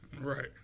right